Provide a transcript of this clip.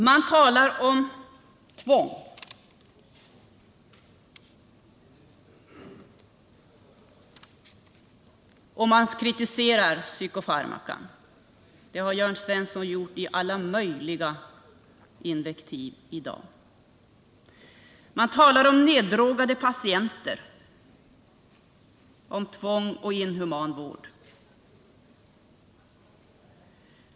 Man talar om tvång, och man kritiserar psykofarmacan. Det har Jörn Svensson i dag gjort med användande av alla möjliga invektiv. Man talar om neddrogade patienter, om tvång och inhuman vård.